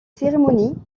cérémonies